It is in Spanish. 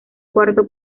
cuarto